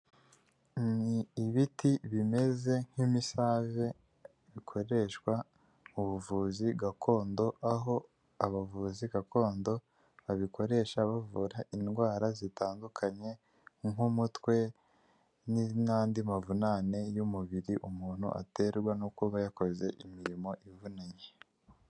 Ni ibiti bimeze nk'imisave bikoreshwa mu buvuzi gakondo, aho abavuzi gakondo babikoresha bavura indwara zitandukanye, nk'umutwe n'andi mavunane y'umubiri umuntu aterwa no kuba yakoze imirimo ivunanye.